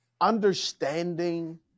understanding